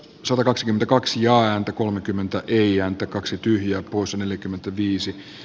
satakaksikymmentäkaksi ja ääntä kolmekymmentä ei ääntä kaksi tyhjää poissa neljäkymmentäviisi